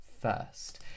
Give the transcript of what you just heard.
first